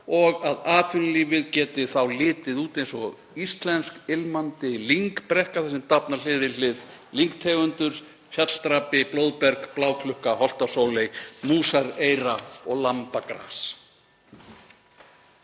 og að atvinnulífið geti þá litið út eins og íslensk ilmandi lyngbrekka, þar sem dafna hlið við hlið tegundir eins og fjalldrapi, blóðberg, bláklukka, holtasóley, músareyra og lambagras.